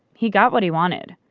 he got what he wanted,